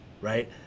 right